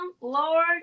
Lord